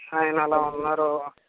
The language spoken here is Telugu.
ఆయన అలా ఉన్నారు